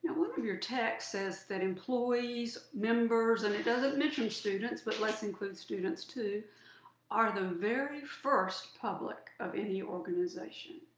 but of your texts says that employees, members and it doesn't mention students, but let's include students too are the very first public of any organization.